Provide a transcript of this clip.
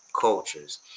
cultures